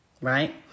right